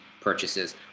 purchases